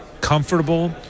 comfortable